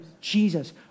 Jesus